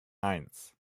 eins